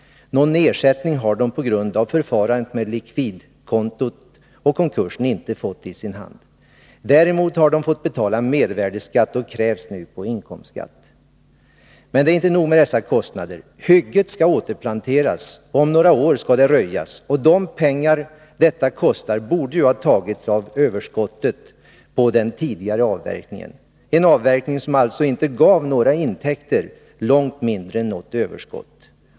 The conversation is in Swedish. Någon ersättning har de på grund av förfarandet med likvidkontot och konkursen inte fått i sin hand. Däremot har de fått betala mervärdeskatt och krävs nu på inkomstskatt. Men det är inte nog med dessa kostnader. Hygget skall återplanteras, och om några år skall det röjas. De pengar detta kostar borde ju ha tagits av överskottet på den tidigare avverkningen, en avverkning som alltså inte gav några intäkter, långt mindre något överskott.